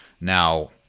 Now